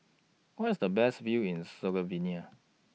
Where IS The Best View in Slovenia